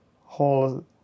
whole